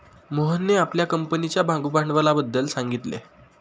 मोहनने आपल्या कंपनीच्या भागभांडवलाबद्दल सांगितले